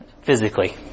physically